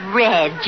red